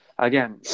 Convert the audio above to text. Again